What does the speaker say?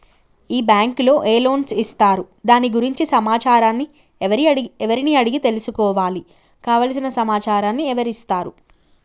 ఈ బ్యాంకులో ఏ లోన్స్ ఇస్తారు దాని గురించి సమాచారాన్ని ఎవరిని అడిగి తెలుసుకోవాలి? కావలసిన సమాచారాన్ని ఎవరిస్తారు?